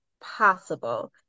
possible